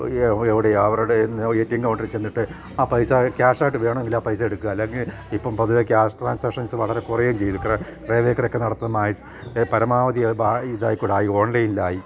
എവിടെയാണ് അവരുടെന്ന് A T M കൗണ്ടറിൽ ചെന്നിട്ട് ആ പൈസ ക്യാഷായിട്ട് വേണമെങ്കിൽ ആ പൈസ എടുക്കുക അല്ലെങ്കി ഇപ്പം പൊതുവേ ക്യാഷ് ട്രൻസാക്ഷൻസ് വളരെ കുറയുകയും ചെയ്ത് നടത്തുന്ന പരമാവധി ഇതായിക്കൂടായി ഓൺലൈനിലായി